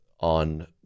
on